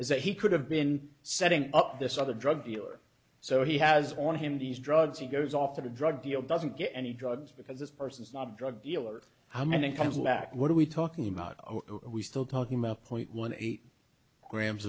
is that he could have been setting up this other drug dealer so he has on him these drugs he goes off of a drug deal doesn't get any drugs because this person is not a drug dealer how many comes back what are we talking about we still talking point one eight grams